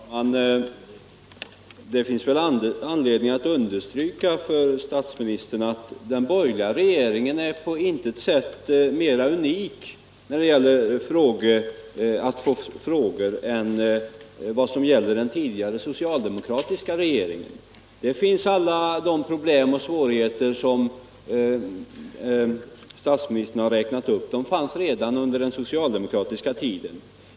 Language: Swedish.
Herr talman! Det finns väl anledning att understryka för statsministern att den borgerliga regeringens förutsättningar att besvara frågor på intet sätt skiljer sig från dem som gällde för den socialdemokratiska regeringen. Alla de problem och svårigheter som statsministern har räknat upp fanns redan under den socialdemokratiska tiden.